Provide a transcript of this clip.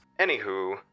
Anywho